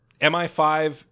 MI5